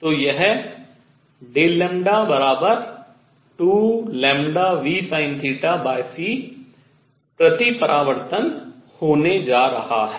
तो यह 2λvsinθcप्रति परावर्तन होने जा रहा है